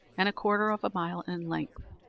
and a quarter of a mile in length,